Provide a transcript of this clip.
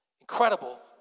incredible